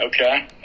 okay